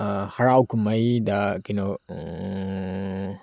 ꯍꯔꯥꯎ ꯀꯨꯝꯍꯩꯗ ꯀꯩꯅꯣ